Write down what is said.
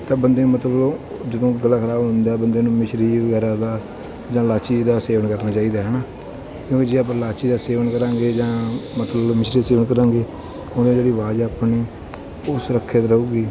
ਤਾਂ ਬੰਦੇ ਮਤਲਬ ਜਦੋਂ ਗਲਾ ਖਰਾਬ ਹੁੰਦਾ ਬੰਦੇ ਨੂੰ ਮਿਸ਼ਰੀ ਵਗੈਰਾ ਦਾ ਜਾਂ ਇਲਾਇਚੀ ਦਾ ਸੇਵਨ ਕਰਨਾ ਚਾਹੀਦਾ ਹੈ ਨਾ ਕਿਉਂਕਿ ਜੇ ਆਪਾਂ ਇਲਾਇਚੀ ਦਾ ਸੇਵਨ ਕਰਾਂਗੇ ਜਾਂ ਮਤਲਬ ਮਿਸ਼ਰੀ ਦਾ ਸੇਵਨ ਕਰਾਂਗੇ ਉਹਨੇ ਜਿਹੜੀ ਆਵਾਜ਼ ਆਪਣੀ ਉਹ ਸੁਰੱਖਿਅਤ ਰਹੇਗੀ